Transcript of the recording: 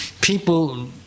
people